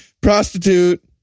Prostitute